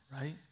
right